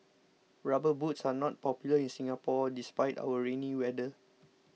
rubber boots are not popular in Singapore despite our rainy weather